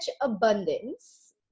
abundance